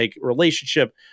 relationship